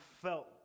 felt